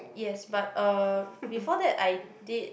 yes but uh before that I did